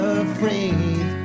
afraid